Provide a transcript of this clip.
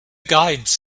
guides